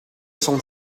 s’en